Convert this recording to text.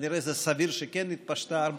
וכנראה שסביר שהיא התפשטה הרבה.